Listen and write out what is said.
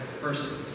person